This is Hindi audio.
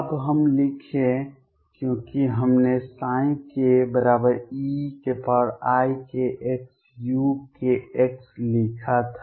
अब हल लिखें क्योंकि हमने keikxuk लिखा था